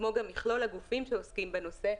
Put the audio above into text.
כמו גם מכלול הגופים שעוסקים בנושא,